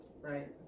Right